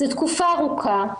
זו תקופה ארוכה,